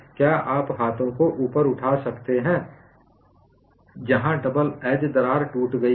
क्या आप हाथों को ऊपर उठा सकते हैं जहां डबल एज दरार टूट गई है